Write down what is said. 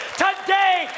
today